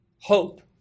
Hope